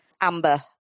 Amber